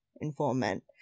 informant